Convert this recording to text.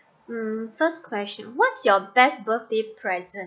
hmm first question what's your best birthday present